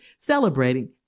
celebrating